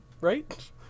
right